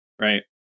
right